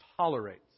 tolerates